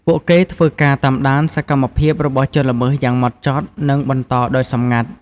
ពួកគេធ្វើការ តាមដាន សកម្មភាពរបស់ជនល្មើសយ៉ាងហ្មត់ចត់ និងបន្តដោយសម្ងាត់។